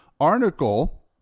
article